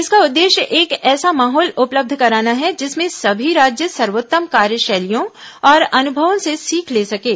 इसका उद्देश्य एक ऐसा माहौल उपलब्ध कराना है जिसमें सभी राज्य सर्वोत्तम कार्यशैलियों और अनुभवों से सीख ले सकें